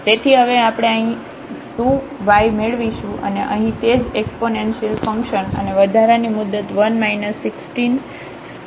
તેથી હવે આપણે આ 2y મેળવીશું અને અહીં તે જ એકસપોનેન્સિલ ફંકશન અને વધારાની મુદત 1 16x2 4y2 છે